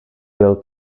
byl